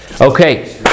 Okay